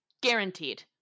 guaranteed